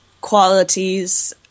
qualities